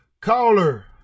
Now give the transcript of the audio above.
Caller